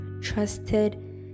trusted